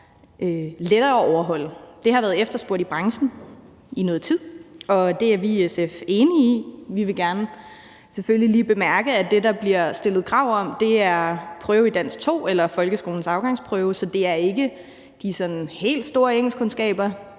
lettere at overholde. Det har været efterspurgt i branchen i noget tid, og det er vi i SF enige i. Vi vil selvfølgelig gerne lige bemærke, at det, der bliver stillet krav om, er prøve i dansk 2 eller folkeskolens afgangsprøve. Så det er ikke de sådan helt store danskkundskaber